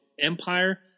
Empire –